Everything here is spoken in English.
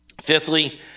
Fifthly